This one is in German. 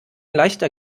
leichter